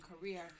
career